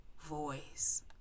voice